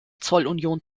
zollunion